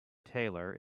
tailor